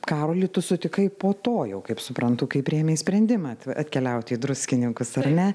karolį tu sutikai po to jau kaip suprantu kai priėmei sprendimą atkeliauti į druskininkus ar ne